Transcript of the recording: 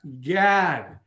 Gad